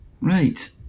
Right